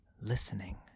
listening